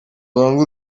wanga